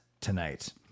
tonight